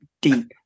deep